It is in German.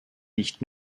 nicht